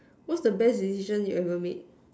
what's the best decision you ever made